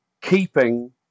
keeping